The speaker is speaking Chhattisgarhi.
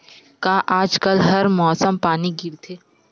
का आज कल हर मौसम पानी गिरथे?